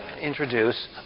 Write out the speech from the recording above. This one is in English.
introduce